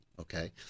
Okay